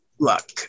luck